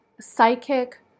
psychic